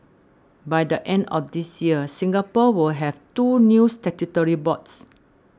by the end of this year Singapore will have two new statutory boards